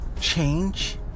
change